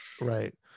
right